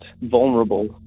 vulnerable